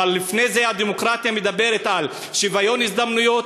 אבל לפני זה הדמוקרטיה מדברת על שוויון הזדמנויות,